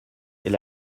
est